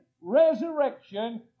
resurrection